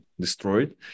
destroyed